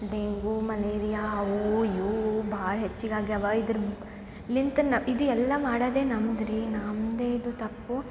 dengue malaria ಅವು ಇವು ಭಾಳ ಹೆಚ್ಚಿಗೆ ಆಗ್ಯಾವ ಇದ್ರ ಲಿಂತ ನಾ ಇದು ಎಲ್ಲ ಮಾಡೋದೆ ನಮ್ದು ರೀ ನಮ್ಮದೆ ಇದು ತಪ್ಪು